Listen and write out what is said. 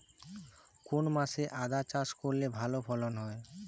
কোন মাসে আদা চাষ করলে ভালো ফলন হয়?